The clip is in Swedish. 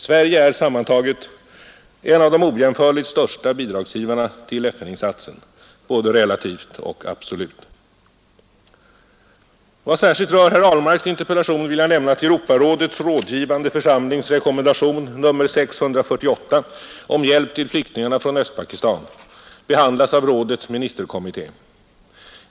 Sverige är sammantaget en av de ojämförligt största bidragsgivarna till FN-insatsen både relativt och absolut. Vad särskilt rör herr Ahlmarks interpellation vill jag nämna att Europarådets rådgivande församlings rekommendation nr 648 om hjälp till flyktingarna från Östpakistan behandlats av rådets ministerkommitté.